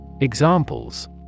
Examples